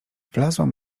wlazłam